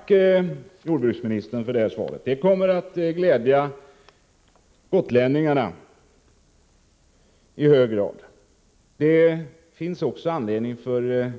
Herr talman! Tack för det svaret! Det kommer att glädja gotlänningarna i hög grad. Det finns också anledning för